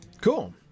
cool